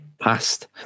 past